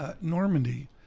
Normandy